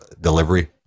delivery